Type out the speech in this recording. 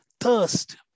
thirst